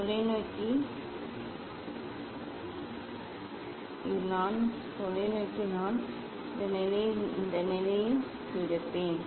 தொலைநோக்கி நான் இந்த நிலையில் இந்த நிலையில் எடுப்பேன்